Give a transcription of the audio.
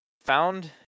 found